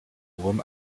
wurm